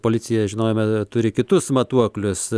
policija žinojo bet dar turi kitus matuoklius